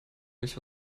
nicht